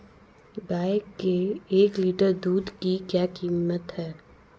गाय के एक लीटर दूध की क्या कीमत है?